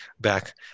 Back